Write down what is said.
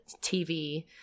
TV